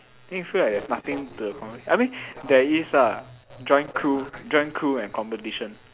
then you feel like there's nothing to accomplish I mean there is lah join crew join crew and competition